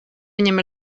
viņam